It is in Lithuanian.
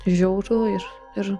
žiauru ir ir